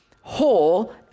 whole